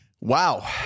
wow